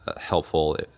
helpful